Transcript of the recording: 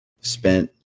spent